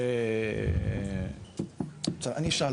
--- אני אשאל.